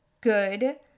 Good